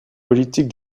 politiques